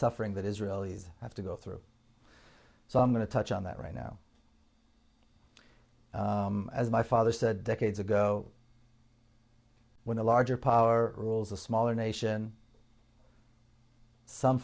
suffering that israelis have to go through so i'm going to touch on that right now as my father said decades ago when a larger power rules a smaller nation some